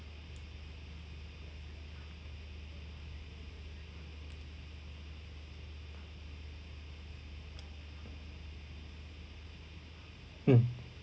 mm